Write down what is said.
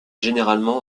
généralement